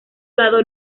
lado